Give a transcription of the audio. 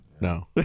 No